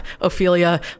Ophelia